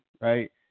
right